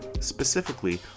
specifically